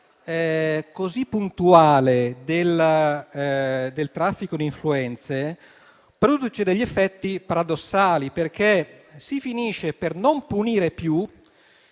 così puntuale del traffico di influenze produce effetti paradossali, perché si finisce per non punire più